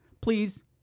Please